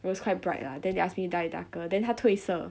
it was quite bright lah then they ask me to dye darker then 他退色